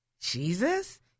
Jesus